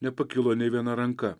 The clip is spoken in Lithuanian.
nepakilo nė viena ranka